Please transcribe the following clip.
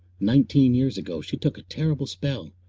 nineteen years ago she took a terrible spell.